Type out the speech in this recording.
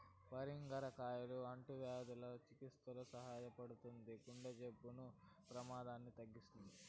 పరింగర కాయ అంటువ్యాధుల చికిత్సలో సహాయపడుతుంది, గుండె జబ్బుల ప్రమాదాన్ని తగ్గిస్తుంది